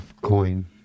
coin